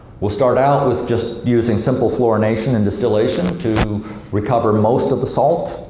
we'll start out with just using simple fluorination and distillation to recover most of the salt.